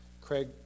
Craig